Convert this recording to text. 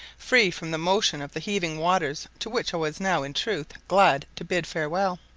free from the motion of the heaving waters, to which i was now, in truth, glad to bid farewell.